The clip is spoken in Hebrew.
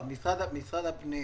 דיברתי עם שר הפנים